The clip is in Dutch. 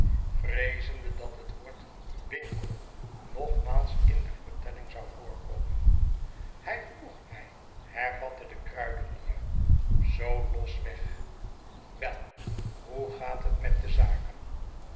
vreezende dat het woord winkel nogmaals in de vertelling zou voorkomen hij vroeg mij hervatte de kruidenier zoo losweg wel hoe gaat het met de zaken